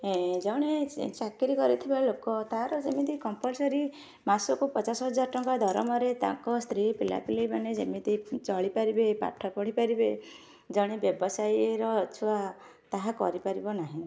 ଜଣେ ଚାକିରୀ କରିଥିବା ଲୋକ ତା'ର ଯେମିତି କମ୍ପଲ୍ସରି ମାସକୁ ପଚାଶ ହଜାର ଟଙ୍କା ଦରମାରେ ତାଙ୍କ ସ୍ତ୍ରୀ ପିଲା ପିଲି ମାନେ ଯେମିତି ଚଳିପାରିବେ ପାଠ ପଢ଼ିପାରିବେ ଜଣେ ବ୍ୟବସାୟୀର ଛୁଆ ତାହା କରିପାରିବ ନାହିଁ